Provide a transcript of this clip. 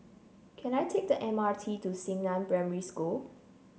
can I take the M R T to Xingnan Primary School